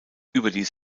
überdies